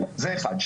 זה אחד.